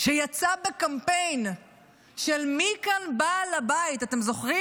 שיצא בקמפיין "מי כאן בעל הבית" אתם זוכרים